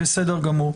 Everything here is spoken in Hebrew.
בסדר גמור.